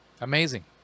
Amazing